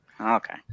Okay